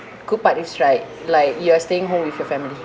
good part is right like you're staying home with your family